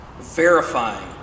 verifying